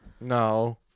no